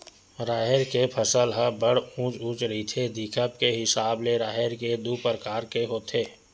राहेर के फसल ह बड़ उँच उँच रहिथे, दिखब के हिसाब ले राहेर के दू परकार होथे